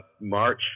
march